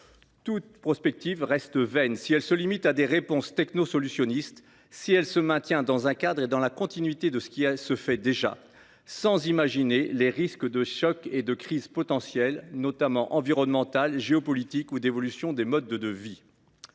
Toute prospective reste vaine si elle se limite à des réponses technosolutionnistes, si elle se maintient dans un cadre et dans la continuité de ce qui se fait déjà, sans imaginer les risques de chocs et de crises potentielles, notamment environnementales, géopolitiques, ou l’évolution des modes de vie.